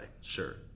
Sure